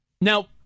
Now